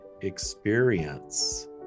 experience